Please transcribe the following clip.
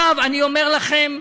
עכשיו, אני אומר לכם,